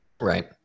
Right